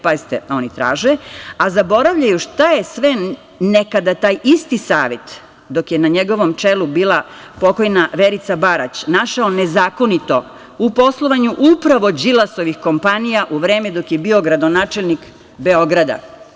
Pazite, oni traže, a zaboravljaju šta je sve nekada taj isti Savet dok je na njegovom čelu bila pokojna Verica Barać našao nezakonito u poslovanju upravo Đilasovih kompanija u vreme dok je bio gradonačelnik Beograda.